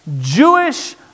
Jewish